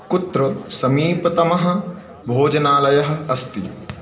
कुत्र समीपतमः भोजनालयः अस्ति